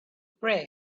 pray